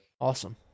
awesome